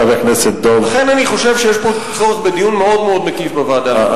לכן אני חושב שיש פה צורך בדיון מאוד מקיף בוועדה.